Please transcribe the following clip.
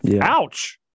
Ouch